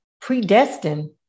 predestined